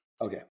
Okay